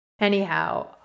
Anyhow